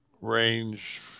range